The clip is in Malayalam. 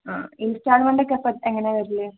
ആ ഇൻസ്റ്റാൾമെൻ്റൊക്കെ അപ്പം എങ്ങനെയാണ് വരൽ